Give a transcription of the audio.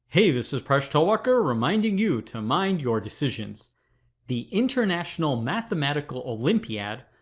hey, this is presh talwalkar reminding you to mind your decisions the international mathematical olympiad,